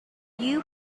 you